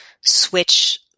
switch